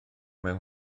mewn